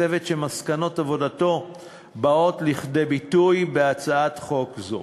צוות שמסקנות עבודתו באות לכדי ביטוי בהצעת חוק זו.